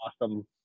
awesome